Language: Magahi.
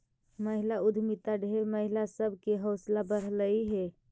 महिला उद्यमिता ढेर महिला सब के हौसला बढ़यलई हे